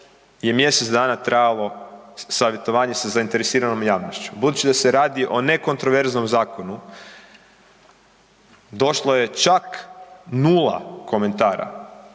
je mjesec dana trajalo savjetovanje sa zainteresiranom javnošću. Budući da se radi o nekontroverznom zakonu došlo je čak 0 komentara